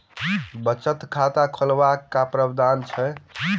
बचत खाता खोलेबाक की प्रावधान अछि?